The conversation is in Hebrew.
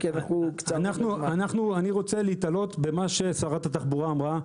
אנחנו ההדיוטות לא מבינים בתחבורה.